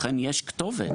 לכן יש כתובת.